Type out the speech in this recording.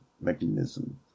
mechanism